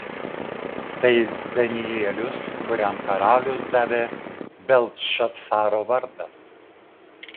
tai danielius kuriam karalius davė beltšacaro vardą